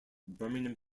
birmingham